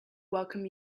welcome